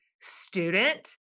student